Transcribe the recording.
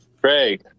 Craig